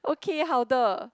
okay 好的